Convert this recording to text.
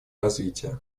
развития